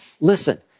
Listen